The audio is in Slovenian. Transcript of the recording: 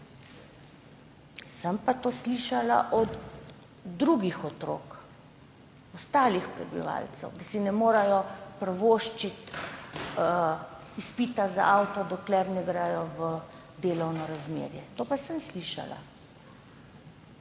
Sem pa to slišala od drugih otrok ostalih prebivalcev, da si ne morejo privoščiti izpita za avto, dokler ne gredo v delovno razmerje. To pa sem slišala.